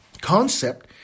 concept